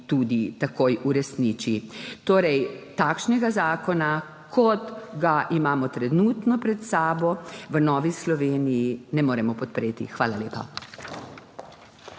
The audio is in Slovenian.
tudi takoj uresniči. Takšnega zakona, kot ga imamo trenutno pred sabo, torej v Novi Sloveniji ne moremo podpreti. Hvala lepa.